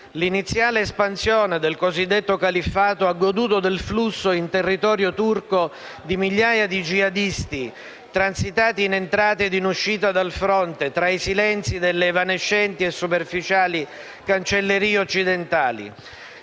L'iniziale espansione del cosiddetto califfato ha goduto del flusso in territorio turco di migliaia di jihadisti, transitati in entrata e in uscita dal fronte, tra i silenzi delle evanescenti e superficiali cancellerie occidentali.